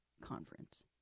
conference